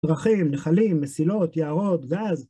‫דרכים, נחלים, מסילות, יערות ואז.